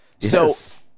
Yes